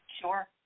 Sure